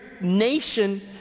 nation